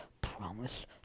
promise